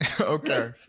okay